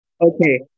Okay